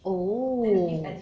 oh